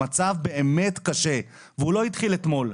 המצב באמת קשה והוא לא התחיל אתמול.